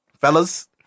Fellas